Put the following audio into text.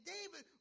David